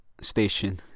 station